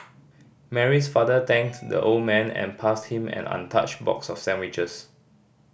Mary's father thanked the old man and passed him an untouched box of sandwiches